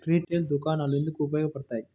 Retail దుకాణాలు ఎందుకు ఉపయోగ పడతాయి?